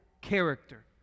character